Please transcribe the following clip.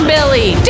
Billy